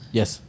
Yes